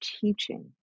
teaching